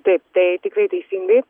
taip tai tikrai teisingai